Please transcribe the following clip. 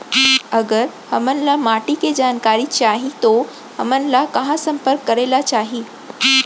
अगर हमन ला माटी के जानकारी चाही तो हमन ला कहाँ संपर्क करे ला चाही?